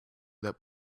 that